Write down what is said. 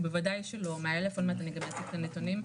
בוודאי שלא מאה אלף עוד מעט אני אדבר קצת על נתונים,